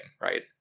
right